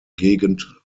gegend